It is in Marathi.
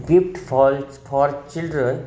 गिफ्ट फॉल्च फॉर चिल्ड्रन